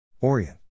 Orient